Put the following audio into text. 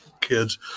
kids